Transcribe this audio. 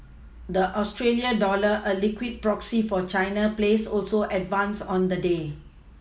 the Australia dollar a liquid proxy for China plays also advanced on the day